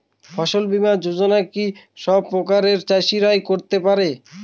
ফসল বীমা যোজনা কি সব প্রকারের চাষীরাই করতে পরে?